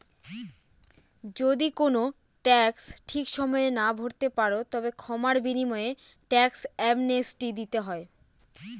যদি কোনো ট্যাক্স ঠিক সময়ে না ভরতে পারো, তবে ক্ষমার বিনিময়ে ট্যাক্স অ্যামনেস্টি দিতে হয়